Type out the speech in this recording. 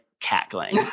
cackling